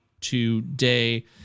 today